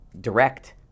direct